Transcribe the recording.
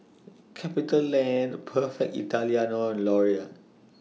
CapitaLand Perfect Italiano and Laurier